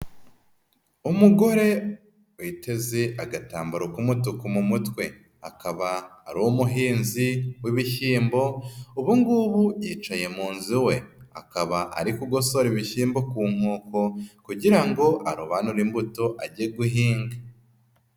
Umugore witeze agatambaro k'umutuku mu mutwe. Akaba ari umuhinzi w'ibishyimbo, ubu ngubu yicaye mu nzu we. Akaba ari kugosora ibishyimbo ku nkoko kugira ngo arobanure imbuto age guhinga.